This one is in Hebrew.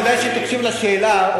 כדאי שתקשיב לשאלה,